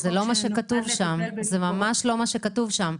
זה ממש לא מה שכתוב שם.